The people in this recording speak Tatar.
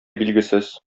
билгесез